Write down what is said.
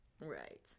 Right